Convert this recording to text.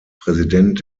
präsident